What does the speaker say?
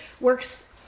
works